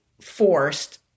forced